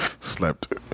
slept